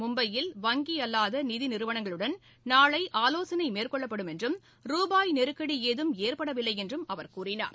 மும்பையில் வங்கி அல்லாத நிதி நிறுவங்களுடன் நாளை ஆலோசனை மேற்கொள்ளப்படும் என்றும் ரூபாய் நெருக்கடி ஏதும் ஏற்படவில்லை என்றும் அவர் கூறினார்